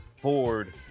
Ford